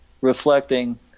reflecting